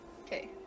Okay